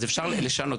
אז אפשר לשנות,